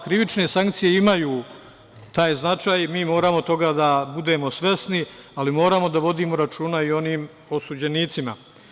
Krivične sankcije imaju taj značaj i mi moramo toga da budemo svesni, ali moramo da vodimo računa i o onim osuđenicima.